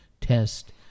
test